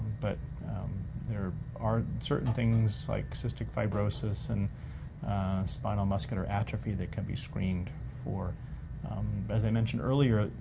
but there are certain things like cystic fibrosis, and spinal muscular atrophy that can be screened for. but as i mentioned earlier,